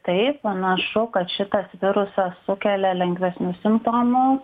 taip panašu kad šitas virusas sukelia lengvesnius simptomus